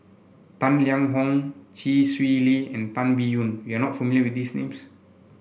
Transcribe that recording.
Tang Liang Hong Chee Swee Lee and Tan Biyun you are not familiar with these names